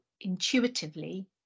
intuitively